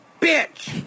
bitch